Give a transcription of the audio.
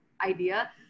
idea